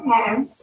Okay